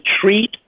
treat